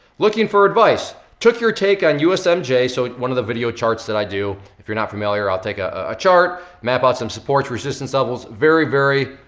looking for advice. took your take on usmj, so one of the video charts that i do. if you're not familiar, i'll take a chart, map out some support, resistance levels, very, very,